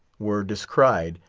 were descried,